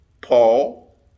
Paul